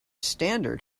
standard